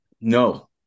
no